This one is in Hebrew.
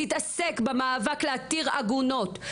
תתעסק במאבק להתיר עגונות,